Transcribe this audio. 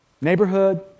Neighborhood